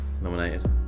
nominated